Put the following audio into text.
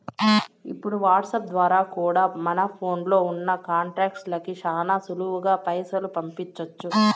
ఇప్పుడు వాట్సాప్ ద్వారా కూడా మన ఫోన్లో ఉన్నా కాంటాక్ట్స్ లకి శానా సులువుగా పైసలు పంపించొచ్చు